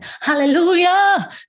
hallelujah